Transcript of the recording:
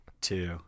Two